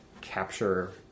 capture